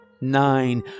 nine